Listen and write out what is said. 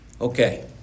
Okay